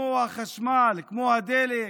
כמו החשמל, כמו הדלק?